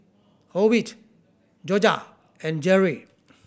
Ovid Jorja and Geri